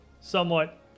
somewhat